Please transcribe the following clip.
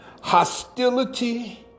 hostility